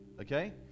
Okay